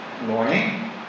morning